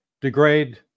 Degrade